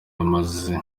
amaze